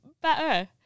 better